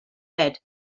bed